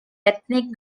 ethnic